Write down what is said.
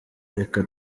reka